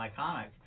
iconic